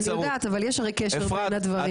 אני יודעת, אבל יש הרי קשר בין הדברים.